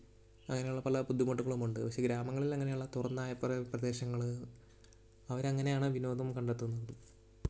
അതിനുള്ള പല ബുദ്ധിമുട്ടുകളുമുണ്ട് പക്ഷെ ഈ ഗ്രാമങ്ങളിൽ അങ്ങനെയുള്ള തുറന്ന കുറേ പ്രദേശങ്ങൾ അവർ അങ്ങനെയാണ് വിനോദം കണ്ടെത്തുന്നത്